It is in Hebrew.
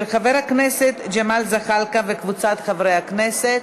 של חבר הכנסת ג'מאל זחאלקה וקבוצת חברי הכנסת.